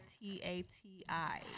T-A-T-I